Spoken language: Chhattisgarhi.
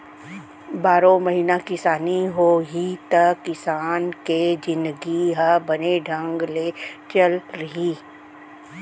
बारो महिना किसानी होही त किसान के जिनगी ह बने ढंग ले चलही